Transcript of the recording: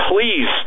please